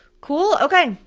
cool, okay,